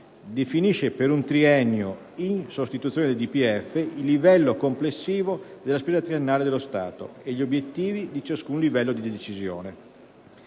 definisce infatti per un triennio, in sostituzione del DPEF, il livello complessivo della spesa triennale dello Stato e gli obiettivi di ciascun livello di decisione.